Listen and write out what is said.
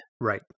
Right